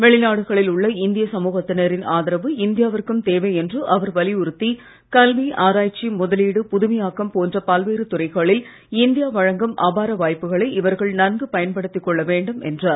வெளிநாடுகளில் உள்ள இந்திய சமூகத்தினரின் ஆதரவு இந்தியாவிற்கும் தேவை என்று அவர் வலியுறுத்தி கல்வி ஆராய்ச்சி முதலீடு புதுமையாக்கம் போன்ற பல்வேறு துறைகளில் இந்தியா வழங்கும் அபார வாய்ப்புகளை இவர்கள் நன்கு பயன்படுத்திக் கொள்ள வேண்டும் என்றார்